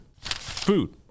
food